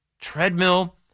treadmill